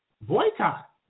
boycott